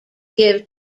give